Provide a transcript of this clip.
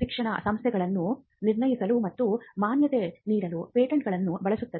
ಶಿಕ್ಷಣ ಸಂಸ್ಥೆಗಳನ್ನು ನಿರ್ಣಯಿಸಲು ಮತ್ತು ಮಾನ್ಯತೆ ನೀಡಲು ಪೇಟೆಂಟ್ಗಳನ್ನು ಬಳಸುತ್ತದೆ